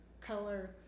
color